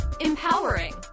empowering